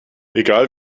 egal